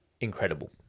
incredible